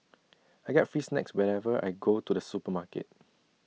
I get free snacks whenever I go to the supermarket